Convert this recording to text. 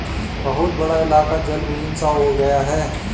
बहुत बड़ा इलाका जलविहीन सा हो गया है